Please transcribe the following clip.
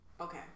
Okay